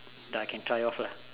that I can try of lah